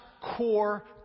core